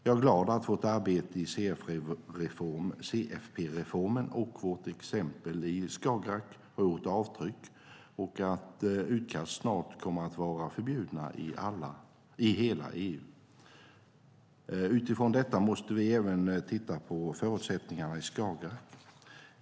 Jag är glad att vårt arbete i CFP-reformen och vårt exempel i Skagerrak har gjort avtryck och att utkast snart kommer att vara förbjudna i hela EU. Utifrån detta måste vi även titta på förutsättningarna i Skagerrak.